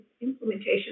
implementation